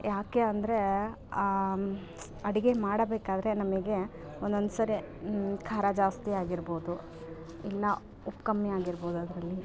ಯಾಕೆ ಅಂದ್ರೆ ಅಡ್ಗೆ ಮಾಡಬೇಕಾದ್ರೆ ನಮಿಗೆ ಒಂದೊಂದ್ಸರೆ ಖಾರ ಜಾಸ್ತಿ ಆಗಿರ್ಬೌದು ಇಲ್ಲ ಉಪ್ ಕಮ್ಮಿ ಆಗಿರ್ಬೌದ್ ಅದ್ರಲ್ಲಿ